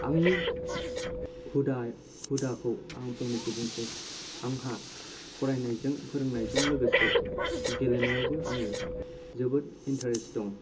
आंनि हुदा हुदाखौ आं फंनैसो बुंनोसै आंहा फरायनायजों फोरोंनायजों लोगोसे गेलेनायावबो आङो जोबोद इन्टारेस्त दं